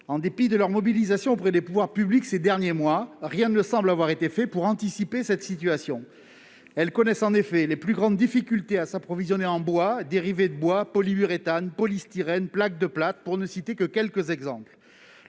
En dépit de leur mobilisation auprès des pouvoirs publics ces derniers mois, rien ne semble avoir été fait pour anticiper cette situation. Elles connaissent en effet les plus grandes difficultés à s'approvisionner en bois et dérivés de bois, polyuréthane, polystyrène et plaques de plâtre, pour ne citer que quelques exemples.